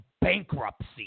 bankruptcy